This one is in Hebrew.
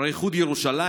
אחרי איחוד ירושלים,